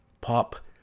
pop